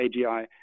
AGI